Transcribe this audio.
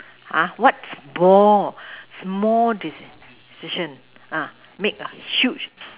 what bore small decision make a huge